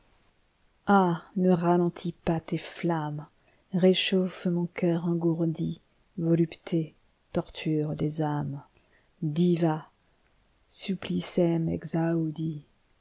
ne ralentis pas tes flammes réchauffe mon cœur engourdi volupté torture des âmesldiva supplicem